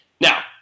Now